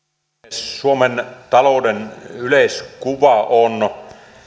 suomen talouden yleiskuva on